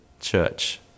church